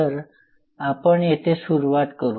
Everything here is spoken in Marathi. तर आपण येथे सुरुवात करू